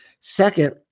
Second